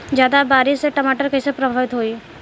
ज्यादा बारिस से टमाटर कइसे प्रभावित होयी?